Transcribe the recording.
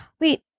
Wait